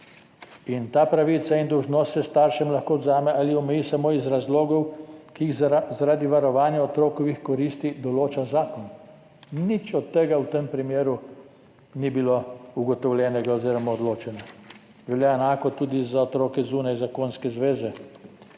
Ta pravica in dolžnost se staršem lahko odvzameta ali omejita samo iz razlogov, ki jih zaradi varovanja otrokovih koristi določa zakon. Nič od tega v tem primeru ni bilo ugotovljenega oziroma odločenega. Enako velja tudi za otroke zunaj zakonske zveze.